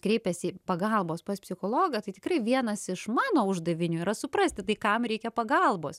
kreipiasi pagalbos pas psichologą tai tikrai vienas iš mano uždavinių yra suprasti tai kam reikia pagalbos